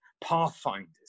Pathfinders